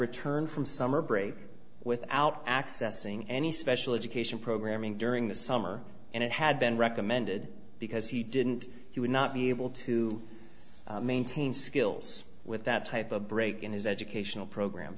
returned from summer break without accessing any special education programming during the summer and it had been recommended because he didn't he would not be able to maintain skills with that type of break in his educational program